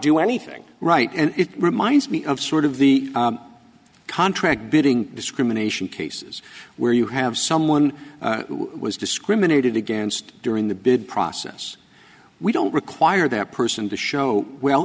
do anything right and it reminds me of sort of the contract bidding discrimination cases where you have someone who was discriminated against during the bid process we don't require that person to show well